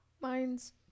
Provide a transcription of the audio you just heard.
Mine's